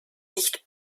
nicht